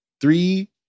three